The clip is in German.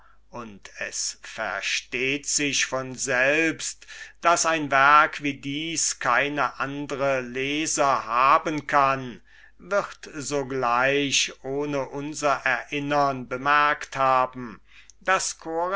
und es versteht sich von selbst daß ein werk wie dies keine andre leser haben kann wird sogleich ohne unser erinnern bemerkt haben daß